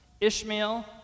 Ishmael